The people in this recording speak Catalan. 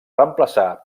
reemplaçar